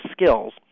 skills